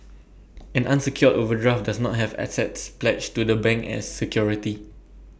an unsecured overdraft does not have assets pledged to the bank as security